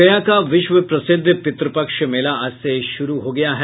गया का विश्व प्रसिद्ध पितृपक्ष मेला आज से शुरू हो गया है